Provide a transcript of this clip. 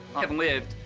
lived,